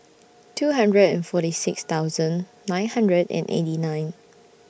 two hundred and forty six thousand nine hundred and eighty nine